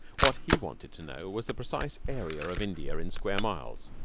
what he wanted to know was the precise area of india in square miles.